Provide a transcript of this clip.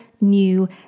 new